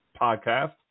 podcast